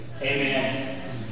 Amen